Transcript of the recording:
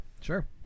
Sure